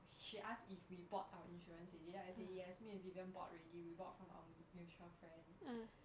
she asked if we bought our insurance already lah then I said yes me and vivian bought already we bought from um mutual friend